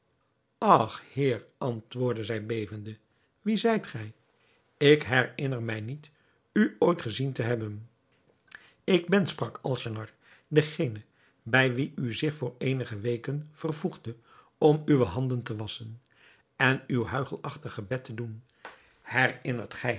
ach heer antwoordde zij bevende wie zijt gij ik herinner mij niet u ooit gezien te hebben ik ben sprak alnaschar degene bij wien gij u voor eenige weken vervoegdet om uwe handen te wasschen en uw huichelachtig gebed te doen herinnert gij